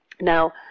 Now